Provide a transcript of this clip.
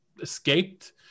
escaped